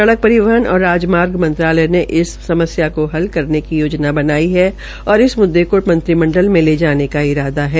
सड़क परिवहन और राजजार्ग मंत्रालय ने इस समस्या को इल करने की योजना बनाई है और इस मुद्दे को मंत्रिमंडल में ले जाने का इरादा है